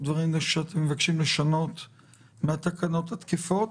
דברים שאתם מבקשים לשנות בתקנות התקפות.